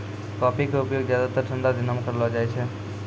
coffee के उपयोग ज्यादातर ठंडा दिनों मॅ करलो जाय छै